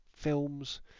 films